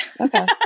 Okay